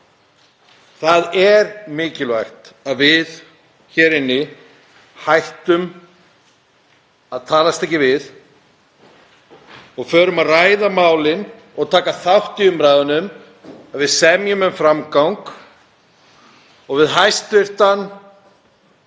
Það er mikilvægt að við hér inni hættum að talast ekki við og förum að ræða málin og taka þátt í umræðunum, að við semjum um framgang. Við hæstv.